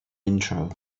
intro